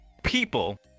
people